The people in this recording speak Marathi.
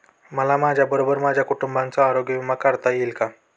मला माझ्याबरोबर माझ्या कुटुंबाचा आरोग्य विमा काढता येईल का?